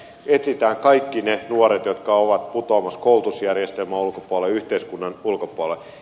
etsitään kaikki ne nuoret jotka ovat putoamassa koulutusjärjestelmän ulkopuolelle yhteiskunnan ulkopuolelle